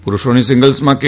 પુરુષોની સિંગલ્સમાં કે